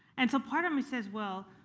and so part of me says, well,